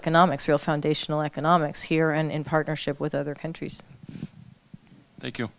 economics real foundational economics here and in partnership with other countries like you